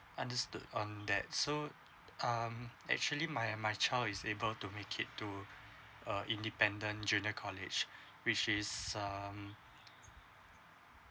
understood on that so um actually my my child is able to make it to a independent junior college which is um